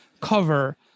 cover